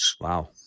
Wow